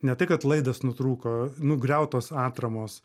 ne tai kad laidas nutrūko nugriautos atramos